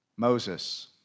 Moses